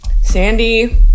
Sandy